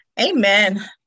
Amen